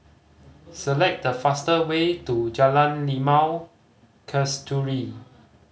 select the fast way to Jalan Limau Kasturi